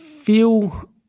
feel